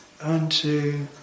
unto